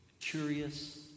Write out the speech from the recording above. curious